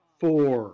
four